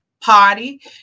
Party